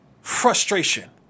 frustration